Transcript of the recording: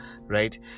right